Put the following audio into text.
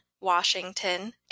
Washington